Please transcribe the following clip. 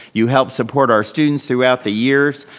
you help support our students throughout the years.